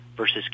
versus